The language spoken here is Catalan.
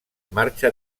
marxa